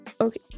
Okay